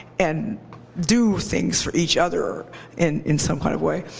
and do things for each other in in some kind of way.